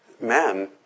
men